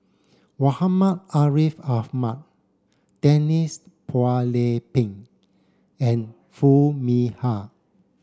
Muhammad Ariff Ahmad Denise Phua Lay Peng and Foo Mee Har